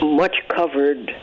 much-covered